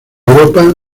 europa